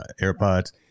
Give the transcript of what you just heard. AirPods